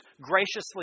graciously